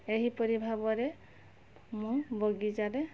ଏହିପରି ଭାବରେ ମୁଁ ବଗିଚାରେ